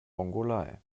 mongolei